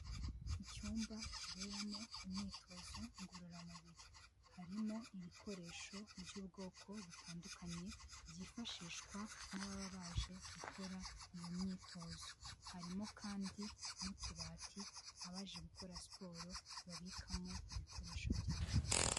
Icyumba kiberamo imyitozo ngororamubiri harimo ibikoresho by'ubwoko butandukanye byifashishwa n'ababa baje gukora iyo myitozo harimo kandi n'utubati abaje gukora siporo babikamo ibikoresho byabo.